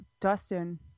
Dustin